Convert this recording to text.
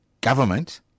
government